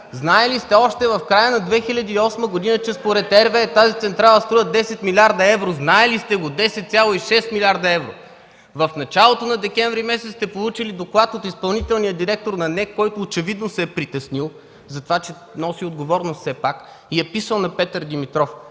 Знаели сте още в края на 2008 г., че според RWE тази централа струва 10 млрд. евро! Знаели сте го – 10,6 млрд. евро! В началото на месец декември сте получили доклад от изпълнителния директор на НЕК, който очевидно се е притеснил за това, че носи отговорност все пак и е писал на Петър Димитров: